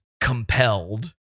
compelled